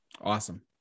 Awesome